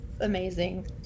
amazing